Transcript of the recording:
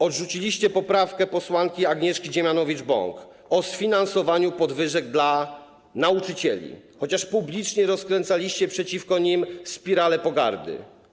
Odrzuciliście poprawkę posłanki Agnieszki Dziemianowicz-Bąk o sfinansowaniu podwyżek dla nauczycieli, chociaż publicznie rozkręcaliście przeciwko nim spiralę pogardy.